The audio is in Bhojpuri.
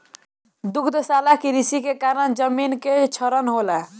दुग्धशाला कृषि के कारण जमीन कअ क्षरण होला